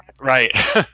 Right